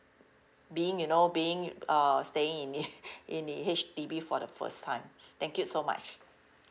being you know being uh staying in the in the H_D_B for the first time thank you so much